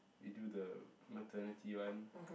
we do the maternity one